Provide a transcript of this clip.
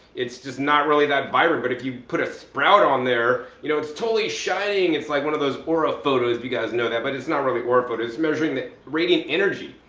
it's just not really that vibrant. but if you put a sprout on there, you know, it's totally shining, it's like one of those aura photos if you guys know that. but it's not really aura photos, it's measuring the rating energy.